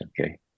okay